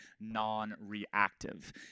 non-reactive